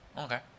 Okay